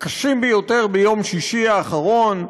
קשים ביותר, ביום שישי האחרון,